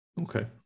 okay